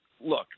look